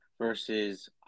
versus